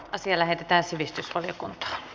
asia lähetettiin sivistysvaliokuntaan